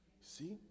See